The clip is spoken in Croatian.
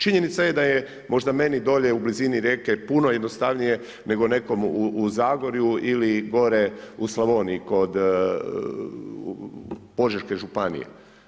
Činjenica je da je možda meni, u blizini rijeke, puno jednostavnije, nego nekome u Zagorju ili gore u Slavoniji, kod Požeške županije.